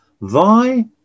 thy